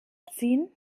ziehen